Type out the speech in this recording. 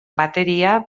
bateria